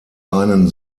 einen